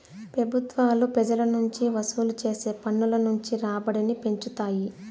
పెబుత్వాలు పెజల నుంచి వసూలు చేసే పన్నుల నుంచి రాబడిని పెంచుతాయి